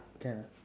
can ah